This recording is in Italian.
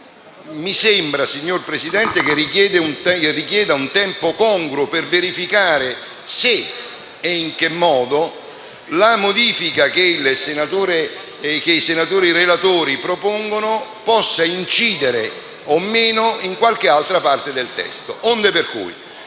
mio avviso, signor Presidente, richiede un tempo congruo per verificare se e in che modo la modifica che i senatori relatori propongono possa o no incidere in qualche altra parte del testo. Pertanto